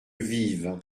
vives